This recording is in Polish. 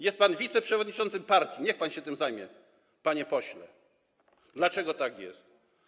Jest pan wiceprzewodniczącym partii, niech pan się tym zajmie, panie pośle, wyjaśni, dlaczego tak jest.